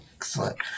Excellent